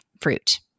fruit